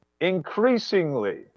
increasingly